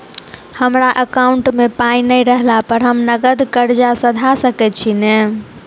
हमरा एकाउंट मे पाई नै रहला पर हम नगद कर्जा सधा सकैत छी नै?